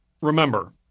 Remember